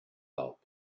help